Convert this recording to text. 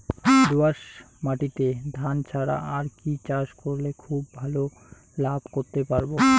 দোয়াস মাটিতে ধান ছাড়া আর কি চাষ করলে খুব ভাল লাভ করতে পারব?